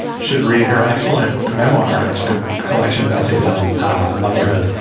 should read her excellent memoir, excellent collection of essays on motherhood.